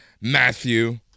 Matthew